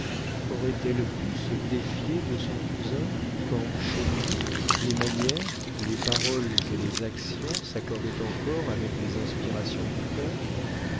aurait-elle pu se défier de son cousin quand chez lui les manières les paroles et les actions s'accordaient encore avec les inspirations du cœur